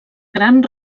gran